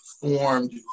formed